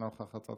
אינה נוכחת,